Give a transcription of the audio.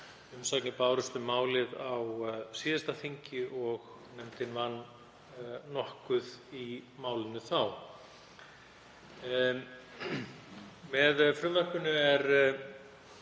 umsagnir bárust um málið á síðasta þingi og vann nefndin nokkuð í málinu þá. Með frumvarpinu er